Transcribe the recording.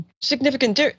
significant